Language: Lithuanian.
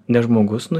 ne žmogus nu